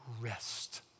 rest